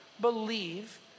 believe